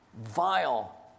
vile